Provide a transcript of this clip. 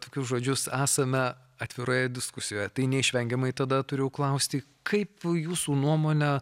tokius žodžius esame atviroje diskusijoje tai neišvengiamai tada turiu klausti kaip jūsų nuomone